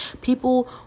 People